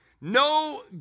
no